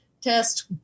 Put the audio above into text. test